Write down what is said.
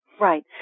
Right